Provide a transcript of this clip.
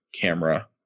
camera